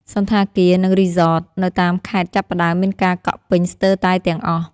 សណ្ឋាគារ និងរីសត នៅតាមខេត្តចាប់ផ្ដើមមានការកក់ពេញស្ទើរតែទាំងអស់។